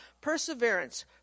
perseverance